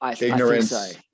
ignorance